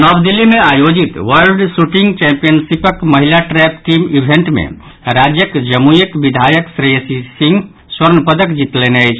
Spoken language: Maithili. नव दिल्ली मे आयोजित वर्ल्ड शूटिंग चैंपियनशिपक महिला ट्रैप टीम इवेंट मे राज्यक जमुईक विधायक श्रेयसी सिंह स्वर्ण पदक जीतलनि अछि